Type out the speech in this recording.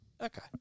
Okay